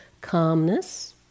Calmness